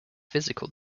physical